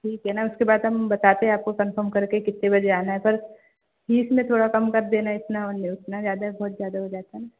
ठीक है ना उसके बाद हम बताते हैं आपको कन्फ़म करके कितने बजे आना है कल फ़ीस में थोड़ा कम कर देना इतना उतना ज़्यादा बहुत ज़्यादा हो जाता है ना